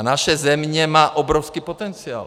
Naše země má obrovský potenciál.